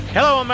Hello